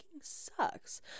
sucks